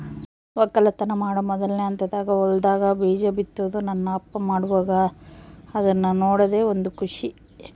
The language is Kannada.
ವಕ್ಕಲತನ ಮಾಡೊ ಮೊದ್ಲನೇ ಹಂತದಾಗ ಹೊಲದಾಗ ಬೀಜ ಬಿತ್ತುದು ನನ್ನ ಅಪ್ಪ ಮಾಡುವಾಗ ಅದ್ನ ನೋಡದೇ ಒಂದು ಖುಷಿ